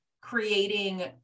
creating